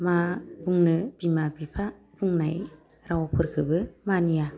मा बुंनो बिमा बिफा बुंनाय रावफोरखोबो मानिया